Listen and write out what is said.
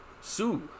Sue